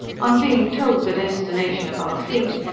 on being told the destination of our fleet,